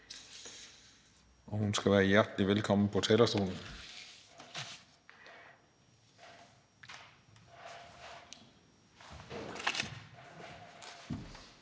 Hun skal være hjertelig velkommen på talerstolen.